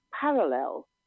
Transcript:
parallel